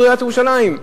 עיריית ירושלים.